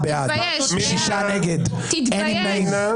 מי נמנע?